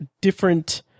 different